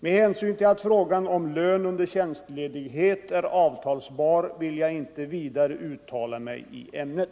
Med hänsyn till att frågan om lön under tjänstledighet är avtalsbar vill jag inte vidare uttala mig i ämnet.